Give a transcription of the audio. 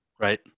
right